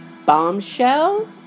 bombshell